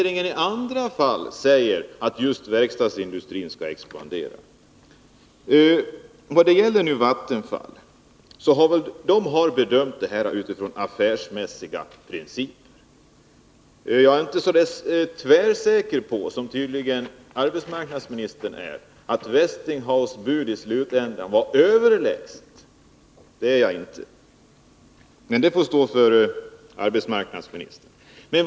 I andra fall säger regeringen att just verkstadsindustrin skall expandera. Vattenfall har bedömt detta ärende utifrån affärsmässiga principer. Jag är inte så tvärsäker — som tydligen arbetsmarknadsministern är — på att Westinghouses bud i slutänden var överlägset, men det får stå för arbetsmarknadsministern.